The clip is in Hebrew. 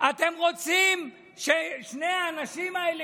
אתם רוצים ששני האנשים האלה,